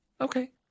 Okay